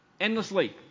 endlessly